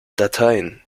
dateien